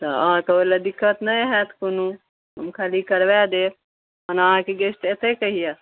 तऽ अहाँके ओहि लए दिक्कत नहि होयत कोनो रूम खाली करबा देब हम अहाँके गेस्ट अयतै कहिआ